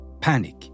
Panic